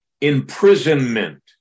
Imprisonment